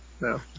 no